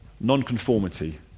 Non-conformity